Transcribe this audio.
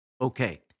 okay